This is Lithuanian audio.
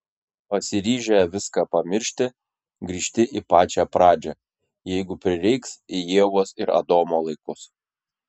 pasiryžę viską pamiršti grįžti į pačią pradžią jeigu prireiks į ievos ir adomo laikus